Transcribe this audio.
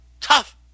Tough